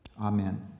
Amen